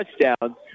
touchdowns